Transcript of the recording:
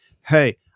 hey